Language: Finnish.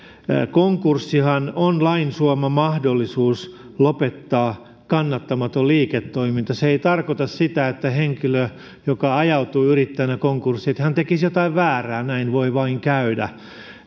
konkurssihan on lain suoma mahdollisuus lopettaa kannattamaton liiketoiminta se ei tarkoita sitä että henkilö joka ajautuu yrittäjänä konkurssiin tekisi jotain väärää näin voi vain käydä